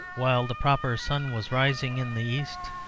while the proper sun was rising in the east,